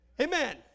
Amen